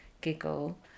giggle